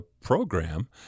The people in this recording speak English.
program